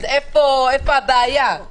אז איפה הבעיה?